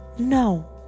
No